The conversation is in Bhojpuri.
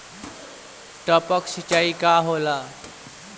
टपक सिंचाई का होला?